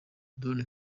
drone